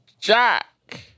Jack